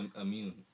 immune